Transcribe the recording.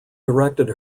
directed